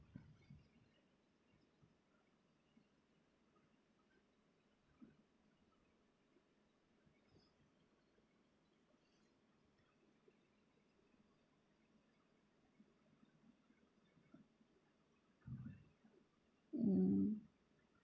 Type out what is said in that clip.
mm